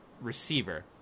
receiver